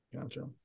Gotcha